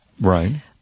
Right